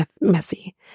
messy